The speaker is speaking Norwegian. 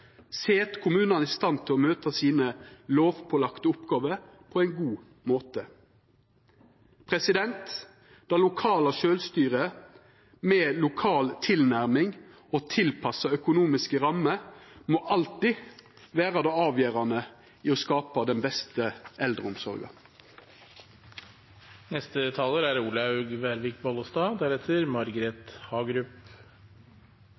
set kommunane i stand til å møta dei lovpålagde oppgåvene sine på ein god måte. Det lokale sjølvstyret med lokal tilnærming og tilpassa økonomiske rammer må alltid vera det avgjerande i det å skapa den beste eldreomsorga. Det er